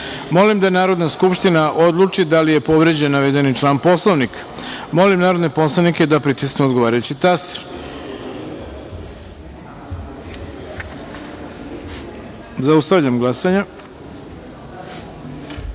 da Narodna skupština odluči da li je povređen navedeni član Poslovnika. Molim narodne poslanike da pritisnu odgovarajući taster. Zaustavljam glasanje: